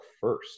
first